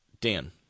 Dan